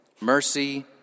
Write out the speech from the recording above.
Mercy